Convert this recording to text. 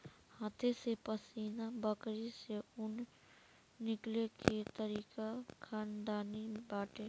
हाथे से पश्मीना बकरी से ऊन निकले के तरीका खानदानी बाटे